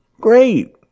Great